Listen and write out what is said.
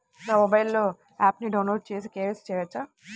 నా మొబైల్లో ఆప్ను డౌన్లోడ్ చేసి కే.వై.సి చేయచ్చా?